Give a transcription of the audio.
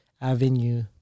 avenue